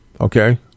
Okay